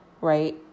right